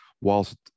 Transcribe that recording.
whilst